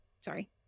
sorry